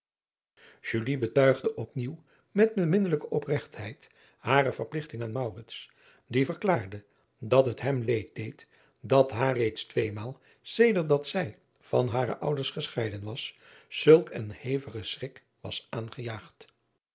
betuigde op nieuw met beminnelijke opregtheid hare verpligting aan die verklaarde dat het hem leed deed dat haar reeds tweemaal sedert dat zij van hare ouders gescheiden was zulk een hevige schrik was aangejaagd